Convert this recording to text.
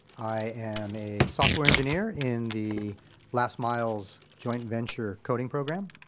i am a software engineer in the last mile's joint venture coding program,